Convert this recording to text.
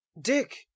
Dick